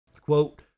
Quote